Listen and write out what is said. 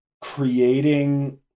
creating